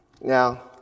Now